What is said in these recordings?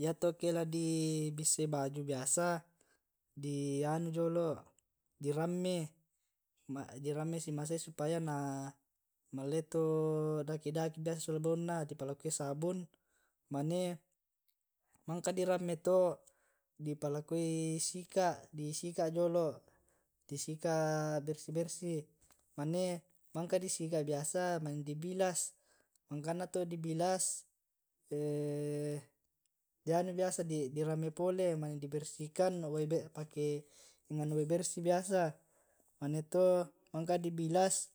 Iyato ke ladi bissai baju biasa di anu jolo' di ramme, di ramme si masai supaya na mallai to daki daki sola baunna, di palakoi sabung, mane mangka di ramme to di palakoi sika', di sika' jolo di sika' bersih bersih, mane mangka disika biasa mane di bilas. mangkanna to di bilas di anu biasa diramme pole, mane dibersihkan pake wae bersih biasa, mane to mangka dibilas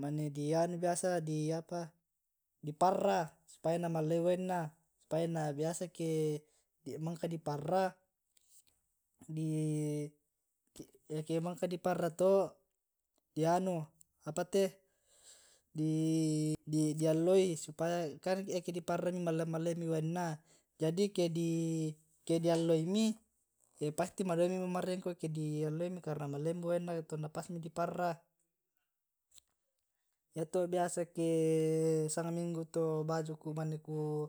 mane di anu biasa di apa di parra supaya na mallai waenna. Supaya na biasa ke mangka di parra eke mangka diparra to di anu apate di di alloi supaya kan eke di parrami malla mallaimi waenna jadi ke di alloimi, pasti madomi mo marengko ke di alloimi karena mallaimi waenna to pas na di parra iyato biasa ke, sang minggu to baju ku mane ku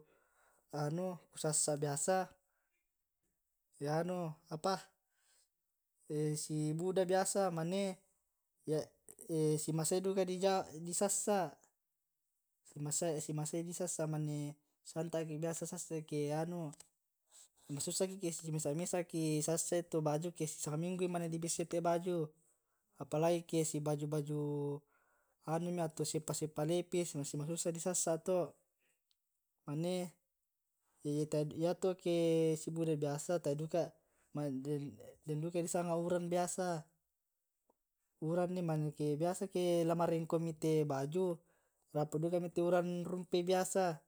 anu sassa biasa anu apa si buda biasa mane. simasai duka di sassa' si masai disassa mane santa'ki biasa sassa'i, ake anu masussaki eke si mesa mesa ki sassa'i to baju ke si sang minggu mane di bessai te' baju. Apalagi ke si baju baju anu mi atu seppa seppa lepis si masussah di sassa' to'. Mane yato ke sibuda biasa tae duka den duka disanga urang biasa, uranggi mane ke biasa ake la marengko mi te baju rampo duka mi te urang rumpei biasa.